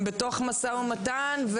הם בתוך משא ומתן.